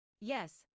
Yes